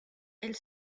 elle